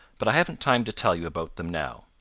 but i haven't time to tell you about them now.